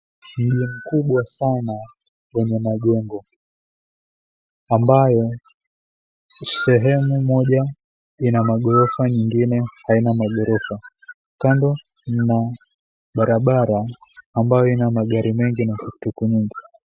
Mji mkubwa sana wenye majengo ambayo sehemu moja ina maghorofa nyingine haina maghorofa, kando mna barabara ambayo ina magari mengi na tuktuk nyingi.